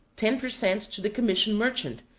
ten per cent. to the commission merchant,